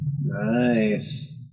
Nice